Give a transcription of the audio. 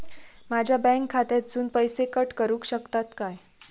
माझ्या बँक खात्यासून पैसे कट करुक शकतात काय?